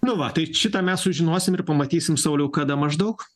nu va tai šitą sužinosim ir pamatysim sauliau kada maždaug